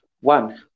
One